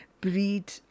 breed